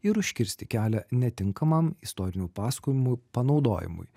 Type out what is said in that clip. ir užkirsti kelią netinkamam istorinių pasakojimų panaudojimui